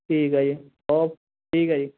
ਠੀਕ ਆ ਜੀ ਓਕ ਠੀਕ ਆ ਜੀ